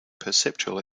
perceptual